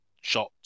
shot